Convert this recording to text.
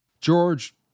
George